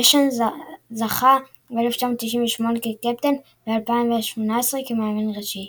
דשאן זכה ב-1998 כקפטן וב-2018 כמאמן ראשי.